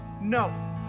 no